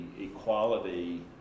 equality